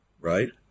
Right